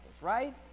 right